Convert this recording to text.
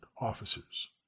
officers